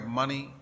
money